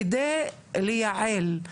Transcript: כדי לייעל,